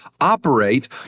operate